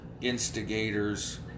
instigators